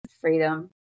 Freedom